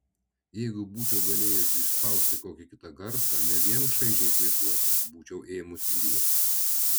jeigu būčiau galėjusi išspausti kokį kitą garsą ne vien šaižiai kvėpuoti būčiau ėmusi juoktis